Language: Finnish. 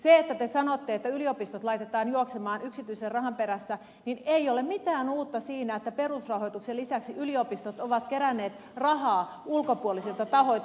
te sanotte että yliopistot laitetaan juoksemaan yksityisen rahan perässä mutta ei ole mitään uutta siinä että perusrahoituksen lisäksi yliopistot ovat keränneet rahaa ulkopuolisilta tahoilta